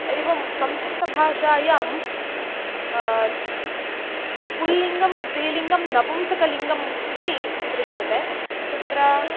एवं संस्कृतभाषायां पुल्लिङ्गः स्त्रीलिङ्गः नपुंसकलिङ्गः इति दृश्यते तत्र